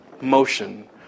motion